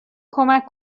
کمک